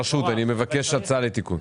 הרשות, אני מבקש הצעה לתיקון.